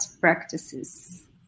practices